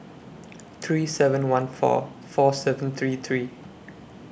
three seven fourteen four seven three three